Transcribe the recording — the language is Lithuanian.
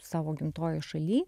savo gimtojoj šaly